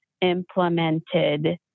Implemented